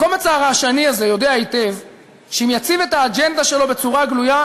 הקומץ הרעשני הזה יודע היטב שאם יציג את האג'נדה שלו בצורה גלויה,